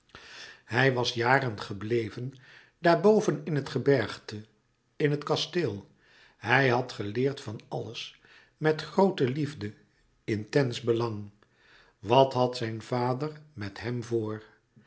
hij was jaren gebleven daarboven in het gebergte in het kasteel hij had geleerd van alles met groote liefde intens belang wat had zijn vader met hem voor